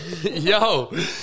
Yo